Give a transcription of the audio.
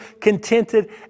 contented